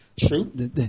True